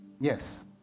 Yes